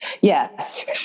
Yes